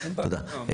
תודה.